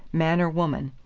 man or woman.